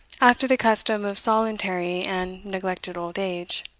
after the custom of solitary and neglected old age,